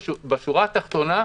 בשורה התחתונה,